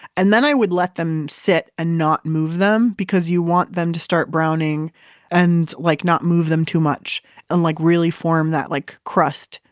and then i would let them sit and not move them because you want them to start browning and like not move them too much and like really form that like crust.